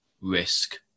risk